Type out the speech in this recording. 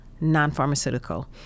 non-pharmaceutical